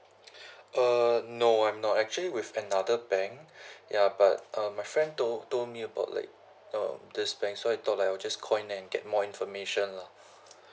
uh no I'm not actually with another bank ya but um my friend told told me about like uh this bank so I thought I'll just call in and get more information lah